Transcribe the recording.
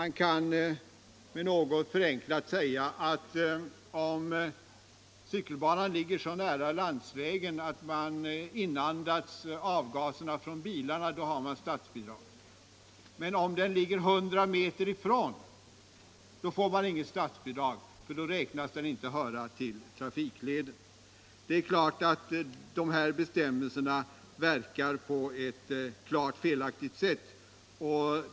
Något förenklat kan det sägas att om cykelbanan ligger så nära landsvägen att cyklisterna inandas avgaserna från bilarna så utgår det statsbidrag. Men om cykelbanan ligger 100 meter från körbanan får man inget statsbidrag, för då anses cykelbanan inte höra till trafikleden. Detta visar ju att bestämmelserna verkar på ct klart felaktigt sätt.